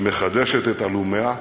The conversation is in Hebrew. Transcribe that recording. שמחדשת את עלומיה,